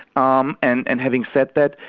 um and and having said that,